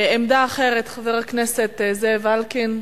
עמדה אחרת, חבר הכנסת זאב אלקין,